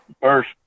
first